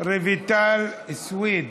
רויטל סויד,